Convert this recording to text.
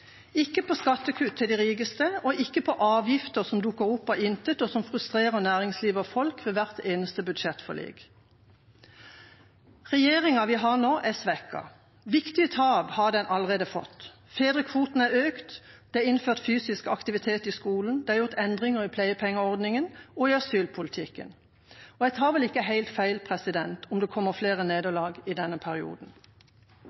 ikke på skattekutt til de rikeste og ikke på avgifter som dukker opp av intet, og som frustrerer næringsliv og folk ved hvert eneste budsjettforlik. Regjeringa vi har nå, er svekket. Viktige tap har den allerede fått. Fedrekvoten er økt, det er innført fysisk aktivitet i skolen, det er gjort endringer i pleiepengeordningen og i asylpolitikken. Og jeg tar vel ikke helt feil om det kommer flere